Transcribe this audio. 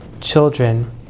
children